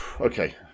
Okay